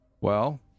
Well